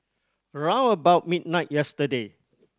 round about midnight yesterday